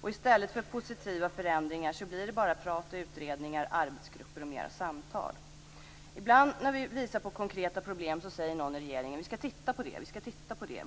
Och i stället för positiva förändringar så blir det bara prat och utredningar, arbetsgrupper och mera samtal. Ibland när vi visar på konkreta problem säger någon i regeringen att man skall titta på det.